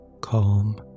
Calm